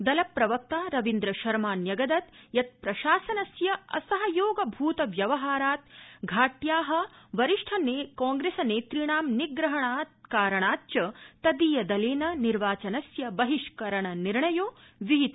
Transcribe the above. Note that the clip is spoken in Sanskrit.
दलप्रवक्ता रविन्द्र शर्मा न्यगदत् यत् प्रशासनस्य असहयोगभृत व्यवहारात् घाट्या वरिष्ठ कांप्रेसनेतृणां निग्रहणकारणाच्च तदीयदलेन निर्वाचनस्य बहिष्करणनिर्णयो विहित